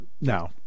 now